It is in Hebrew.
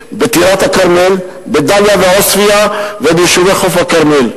בטירת-כרמל, בדאליה ובעוספיא וביישובי חוף-הכרמל.